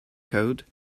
code